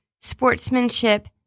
Sportsmanship